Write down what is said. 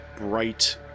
bright